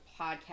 podcast